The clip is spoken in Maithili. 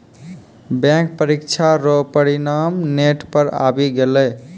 बैंक परीक्षा रो परिणाम नेट पर आवी गेलै